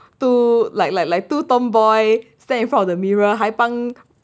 two like like like two tom boy stand in front of the mirror 还帮